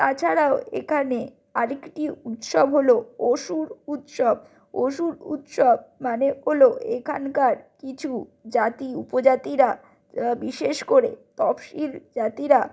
তাছাড়াও এখানে আরেকটি উৎসব হল অসুর উৎসব অসুর উৎসব মানে হল এখানকার কিছু জাতি উপজাতিরা বিশেষ করে তফসিলি জাতিরা